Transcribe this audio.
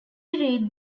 read